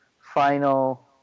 final